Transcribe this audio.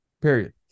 period